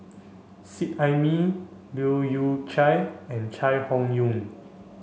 Seet Ai Mee Leu Yew Chye and Chai Hon Yoong